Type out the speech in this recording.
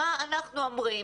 מה אנחנו אומרים,